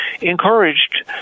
encouraged